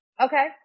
Okay